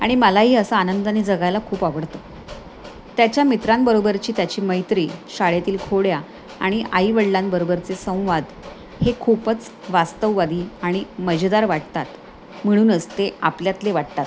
आणि मलाही असा आनंदाने जगायला खूप आवडतं त्याच्या मित्रांबरोबरची त्याची मैत्री शाळेतील खोड्या आणि आईवडलांबरोबरचे संवाद हे खूपच वास्तववादी आणि मजेदार वाटतात म्हणूनच ते आपल्यातले वाटतात